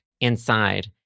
inside